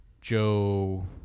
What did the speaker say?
Joe